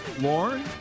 Lauren